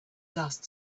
dust